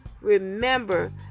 remember